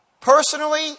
Personally